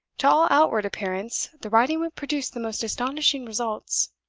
to all outward appearance, the riding-whip produced the most astonishing results.